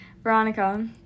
Veronica